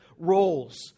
roles